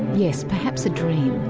yes perhaps a dream,